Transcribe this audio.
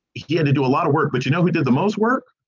he had to do a lot of work. but, you know, he did the most work.